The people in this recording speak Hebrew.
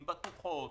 עם בטוחות,